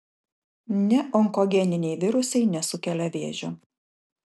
neonkogeniniai virusai nesukelia vėžio